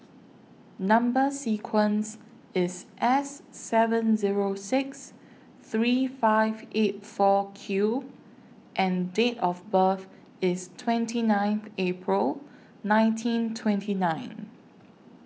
Number sequence IS S seven Zero six three five eight four Q and Date of birth IS twenty ninth April nineteen twenty nine